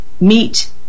meet